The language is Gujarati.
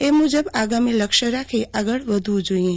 એ મુજબ આગમી લક્ષ્ય રાખી આગળ વધુવું જોઈએ